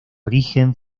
origen